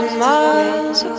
miles